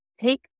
take